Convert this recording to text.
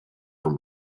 from